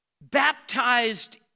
baptized